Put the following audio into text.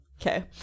okay